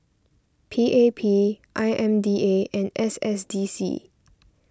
P A P I M D A and S S D C